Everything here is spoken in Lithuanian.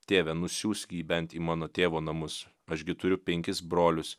tėve nusiųsk jį bent į mano tėvo namus aš gi turiu penkis brolius